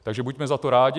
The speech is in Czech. Takže buďme za to rádi.